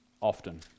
often